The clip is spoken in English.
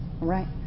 Right